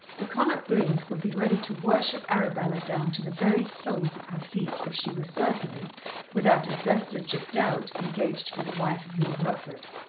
the connop greens would be ready to worship arabella down to the very soles of her feet if she were certainly without a vestige of doubt engaged to be the wife of lord rufford.